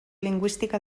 lingüística